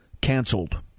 canceled